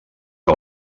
que